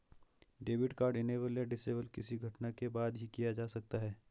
debit card enable या disable किसी घटना के बाद ही किया जा सकता है